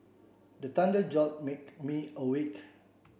the thunder jolt me awake